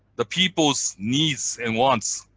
the people's needs and wants,